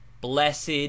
blessed